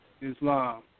Islam